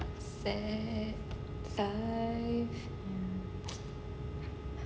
sad life